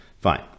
fine